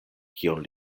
kion